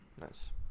Nice